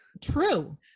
true